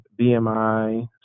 BMI